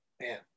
Man